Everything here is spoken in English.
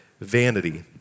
vanity